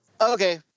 Okay